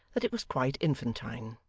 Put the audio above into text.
that it was quite infantine.